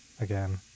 Again